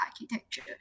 architecture